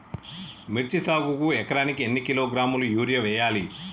మిర్చి సాగుకు ఎకరానికి ఎన్ని కిలోగ్రాముల యూరియా వేయాలి?